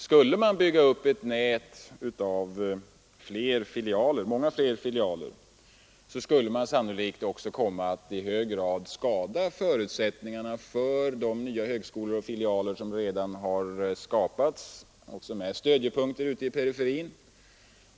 Skulle man bygga upp ett nät av många fler filialer, skulle man sannolikt också komma att i hög grad skada förutsättningarna för de nya högskolor och filialer som redan har skapats och som är stödjepunkter i periferin.